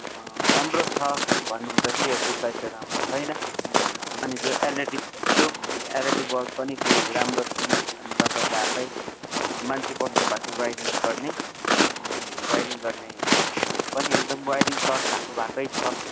राम्रो छ भन्नुहुँदै थियो यो ट्युब लाइट चाहिँ राम्रो छैन अनि जुन एलइडी बल्ब थियो यो एलइडी बल्ब पनि खोइ राम्रो छैन अनि तपाईँले आफै मान्छे पठाउनु भएको थियो वायरिङ गर्ने अनि यो वायरिङ गर्ने पनि एकदम वायरिङ सर्ट भएको भएकै छ